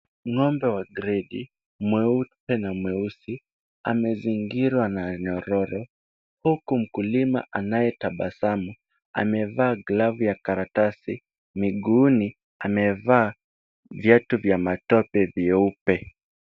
Ng'ombe wa gredi mweupe na mweusi amezingirwa na nyororop huku mkulima anayetabasamu, amevaa glavu ya karatasi. Miguuni amevaa viatu vya matope vyeupe.